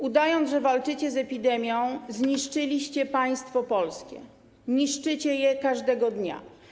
Udając, że walczycie z epidemią, zniszczyliście państwo polskie, niszczycie je każdego dnia.